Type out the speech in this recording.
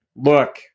look